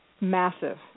massive